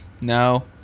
No